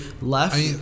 left